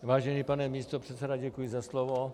Vážený pane místopředsedo, děkuji za slovo.